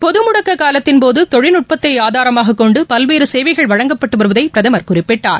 பொதுமுடக்க காலத்தின்போது தொழில்நுட்பத்தை ஆதாரமாக கொண்டு பல்வேறு சேவைகள் வழங்கப்பட்டு வருவதை பிரதமர் குறிப்பிட்டார்